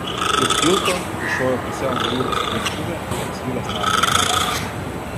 už tilto kyšojo pusiau nuirusi dirbtuvė ir apsvilęs namas